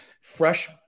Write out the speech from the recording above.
fresh